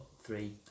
three